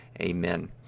Amen